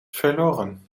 verloren